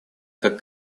как